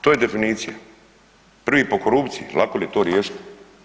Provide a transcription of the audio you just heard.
To je definicija, prvi po korupciji, lako li je to riješiti.